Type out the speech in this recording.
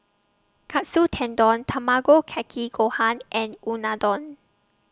Katsu Tendon Tamago Kake Gohan and Unadon